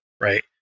right